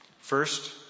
First